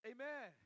Amen